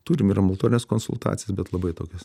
turim ir ambulatorines konsultacijas bet labai tokias